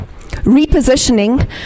Repositioning